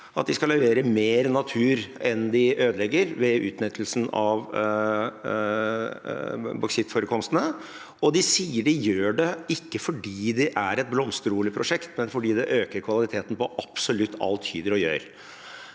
de skal levere mer natur enn de ødelegger ved utnyttelsen av bauksittforekomstene. De sier de ikke gjør det fordi det er et Blomster-Ole-prosjekt, men fordi det øker kvaliteten på absolutt alt Hydro gjør.